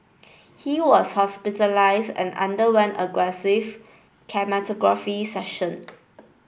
he was hospitalised and underwent aggressive chemotherapy session